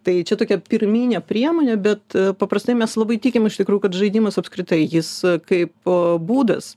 tai čia tokia pirminė priemonė bet paprastai mes labai tikime iš tikrųjų kad žaidimas apskritai jis kaip būdas